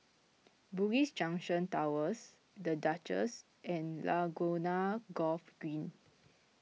Bugis Junction Towers the Duchess and Laguna Golf Green